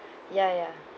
ya ya